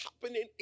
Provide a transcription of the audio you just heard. happening